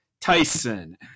Tyson